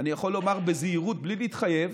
אני יכול לומר בזהירות, בלי להתחייב,